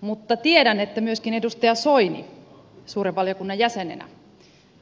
mutta tiedän että myöskin edustaja soini suuren valiokunnan jäsenenä